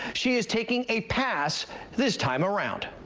she is taking a pass this time around.